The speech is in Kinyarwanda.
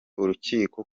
urukiko